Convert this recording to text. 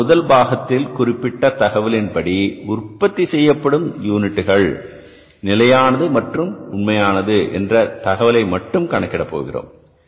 எனவே நாம் முதல் பாகத்தில் குறிப்பிட்ட தகவலின்படி உற்பத்தி செய்யப்படும் யூனிட்டுகள் நிலையானது மற்றும் உண்மையானது என்ற தகவலை மட்டும் கணக்கிட போகிறோம்